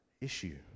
issue